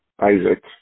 Isaac